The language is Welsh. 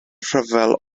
rhyfel